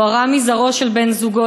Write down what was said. הוא הרה מזרעו של בן-זוגו,